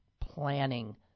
Planning